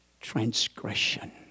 transgression